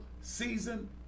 season